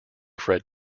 fred